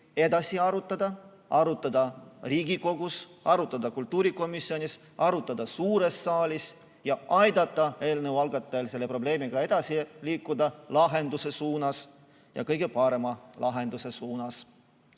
edasi arutada, arutada Riigikogus, arutada kultuurikomisjonis, arutada suures saalis ja aidata eelnõu algatajal selle probleemiga edasi liikuda lahenduse suunas, ja kõige parema lahenduse suunas.